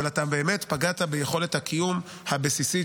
אבל אתה באמת פגעת ביכולת הקיום הבסיסית